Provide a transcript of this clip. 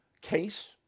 case